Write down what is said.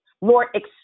Lord